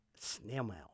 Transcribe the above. Snailmail